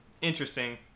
Interesting